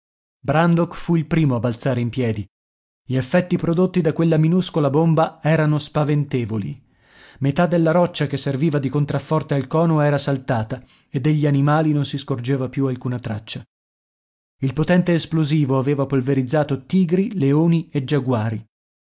brandok fu il primo a balzare in piedi gli effetti prodotti da quella minuscola bomba erano spaventevoli metà della roccia che serviva di contrafforte al cono era saltata e degli animali non si scorgeva più alcuna traccia il potente esplosivo aveva polverizzato tigri leoni e giaguari